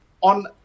on